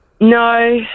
No